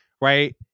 right